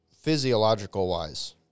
physiological-wise